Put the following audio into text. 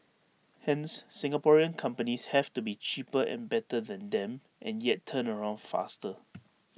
hence Singaporean companies have to be cheaper and better than them and yet turnaround faster